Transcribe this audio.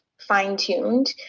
fine-tuned